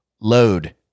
Load